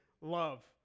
love